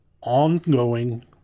ongoing